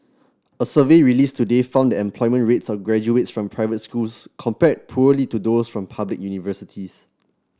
a survey released today found employment rates of graduates from private schools compared poorly to those from public universities